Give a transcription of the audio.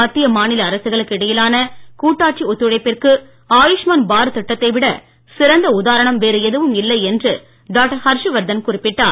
மத்திய மாநில அரசுகளுக்கு இடையிலான கூட்டாட்சி ஒத்துழைப்பிற்கு ஆயூஷ்மான் பாரத் திட்டத்தை விட சிறந்த உதாரணம் வேறு எதுவும் இல்லை என்று டாக்டர் ஹர்ஷவர்தன் குறிப்பிட்டார்